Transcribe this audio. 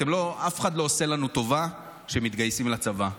אף אחד לא עושה לנו טובה שמתגייסים לצבא.